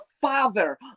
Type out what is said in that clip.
father